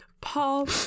Paul